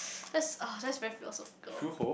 that's ah that's very philosophical